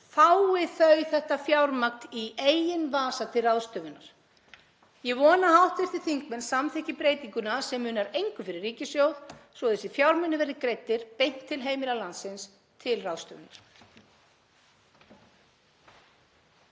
fái þau þetta fjármagn í eigin vasa til ráðstöfunar. Ég vona að hv. þingmenn samþykki breytinguna, sem munar engu fyrir ríkissjóð, svo að þessir fjármunir verði greiddir beint til heimila landsins til ráðstöfunar.